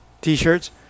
t-shirts